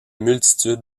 multitude